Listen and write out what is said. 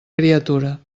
criatura